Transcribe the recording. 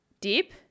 deep